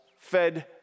fed